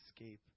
escape